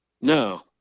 No